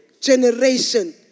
generation